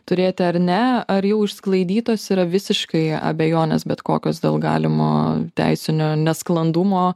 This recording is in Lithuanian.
turėti ar ne ar jau išsklaidytos yra visiškai abejonės bet kokios dėl galimo teisinio nesklandumo